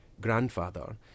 grandfather